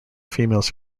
females